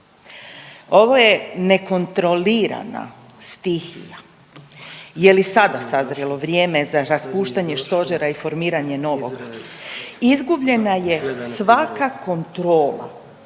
Ovo je nekontrolirana stihija. Je li sada sazrelo vrijeme za raspuštanje Stožera i formiranje novog? Izgubljena je svaka kontrola.